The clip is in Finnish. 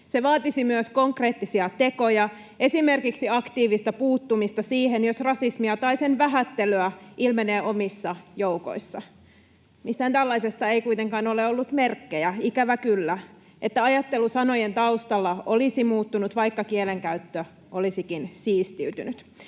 Se vaatisi myös konkreettisia tekoja, esimerkiksi aktiivista puuttumista siihen, jos rasismia tai sen vähättelyä ilmenee omissa joukoissa. Mistään tällaisesta ei kuitenkaan ole ollut merkkejä, ikävä kyllä, että ajattelu sanojen taustalla olisi muuttunut, vaikka kielenkäyttö olisikin siistiytynyt.